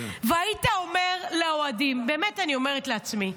והיית אומר לאוהדים, באמת אני אומרת לעצמי,